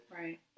Right